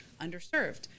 underserved